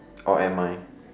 or and my